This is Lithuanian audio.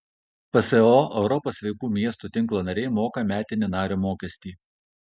pso europos sveikų miestų tinklo nariai moka metinį nario mokestį